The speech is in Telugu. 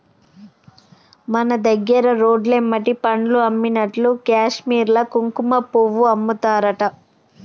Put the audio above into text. మన దగ్గర రోడ్లెమ్బడి పండ్లు అమ్మినట్లు కాశ్మీర్ల కుంకుమపువ్వు అమ్ముతారట